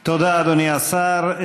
תודה, אדוני השר.